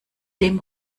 dem